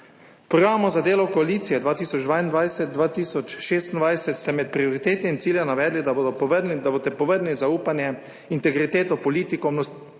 programu za delo koalicije 2022–2026 ste med prioritete in cilje navedli, da boste povrnili zaupanje, integriteto politikom,